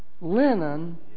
linen